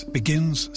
begins